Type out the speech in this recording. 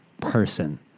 person